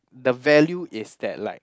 the value is that like